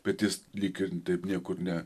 bet jis lyg ir taip niekur ne